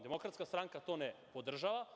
Demokratska stranka to ne podržava.